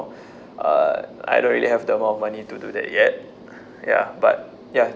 uh I don't really have the amount of money to do that yet ya but ya